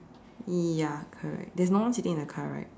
ya correct there's no one sitting in the car right